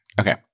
Okay